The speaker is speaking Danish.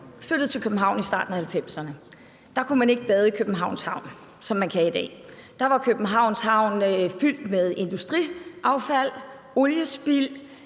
flyttede til København i starten af 1990'erne, kunne man ikke bade i Københavns Havn, som man kan i dag. Da var Københavns Havn fyldt med industriaffald og oliespild,